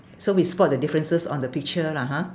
so we spot the differences on the picture lah ha